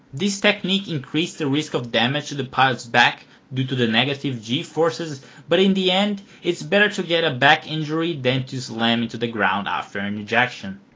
this technique increased the risk of damage to the pilots' back due to the negative g-forces but in the end it's better to get a back injury than to slam into the ground after and ejection.